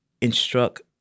instruct